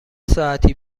ساعتی